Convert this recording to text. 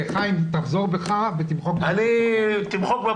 חיים, תחזור בך ותמחק מן הפרוטוקול.